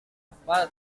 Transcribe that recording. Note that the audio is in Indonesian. apa